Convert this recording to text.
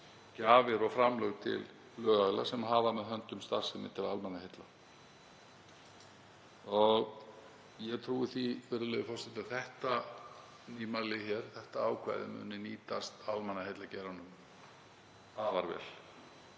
gjafir og framlög til lögaðila sem hafa með höndum starfsemi til almannaheilla. Ég trúi því, virðulegur forseti, að þetta nýmæli, þetta ákvæði, muni nýtast almannaheillageiranum afar vel.